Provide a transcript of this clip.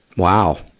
wow!